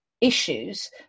issues